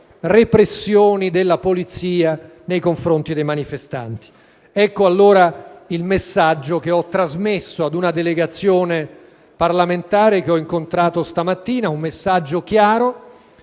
repressioni della polizia nei confronti dei manifestanti. Ecco allora il messaggio che ho trasmesso ad una delegazione parlamentare che ho incontrato questa mattina: un messaggio chiaro,